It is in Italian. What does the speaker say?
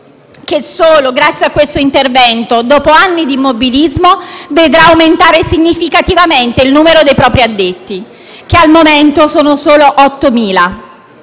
che solo grazie a questo intervento, dopo anni di immobilismo, vedrà aumentare significativamente il numero dei propri addetti che al momento sono solo 8.000.